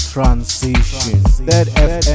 Transition